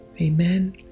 Amen